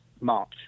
March